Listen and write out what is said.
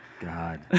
God